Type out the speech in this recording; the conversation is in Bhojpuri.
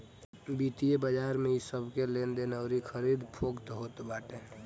वित्तीय बाजार में इ सबके लेनदेन अउरी खरीद फोक्त होत बाटे